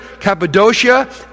Cappadocia